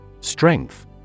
Strength